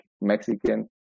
Mexican